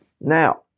Now